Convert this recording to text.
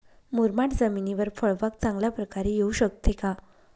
मुरमाड जमिनीवर फळबाग चांगल्या प्रकारे येऊ शकते का?